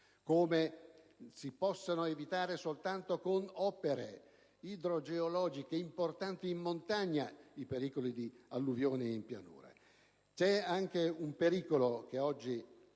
come si possano evitare soltanto con opere idrogeologiche importanti in montagna i pericoli di alluvioni in pianura. C'è anche un pericolo che oggi